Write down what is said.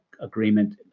Agreement